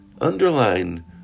Underline